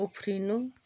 उफ्रिनु